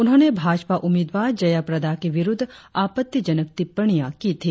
उन्होंने भाजपा उम्मीदवार जयाप्रदा के विरुद्ध आपत्तिजनक टिप्पणियां की थी